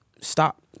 Stop